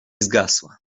zgasła